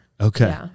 Okay